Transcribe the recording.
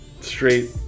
Straight